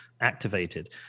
activated